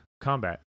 combat